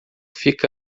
fica